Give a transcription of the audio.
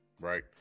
right